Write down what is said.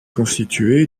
constitué